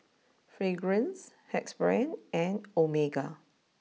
Fragrance Axe Brand and Omega